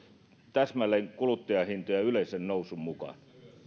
täsmälleen kuluttajahintojen yleisen nousun mukaan